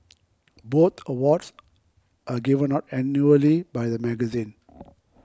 both awards are given out annually by the magazine